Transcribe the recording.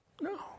No